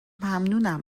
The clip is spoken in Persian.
ممنونم